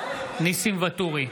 ניסים ואטורי,